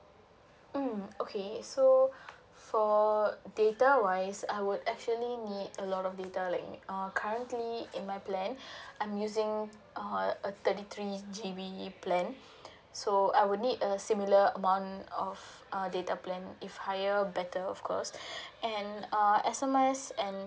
mm okay so for data wise I would actually need a lot of data like uh currently in my plan I'm using uh a thirty three G_B plan so I would need a similar amount of uh data plan if higher better of course and err as S_M_S and